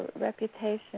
reputation